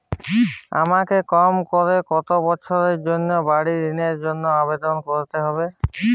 আমাকে কম করে কতো বছরের জন্য বাড়ীর ঋণের জন্য আবেদন করতে হবে?